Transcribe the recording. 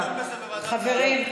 ונדון בזה בוועדת, חברים,